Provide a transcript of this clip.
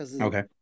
Okay